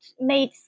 made